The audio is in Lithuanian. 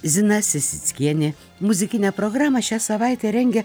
zina sesickienė muzikinę programą šią savaitę rengia